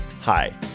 Hi